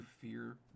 fear